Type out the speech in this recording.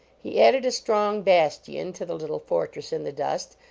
he added a strong bastion to the little fortress in the dust,